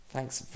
Thanks